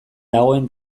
dagoen